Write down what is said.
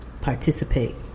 participate